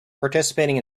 participating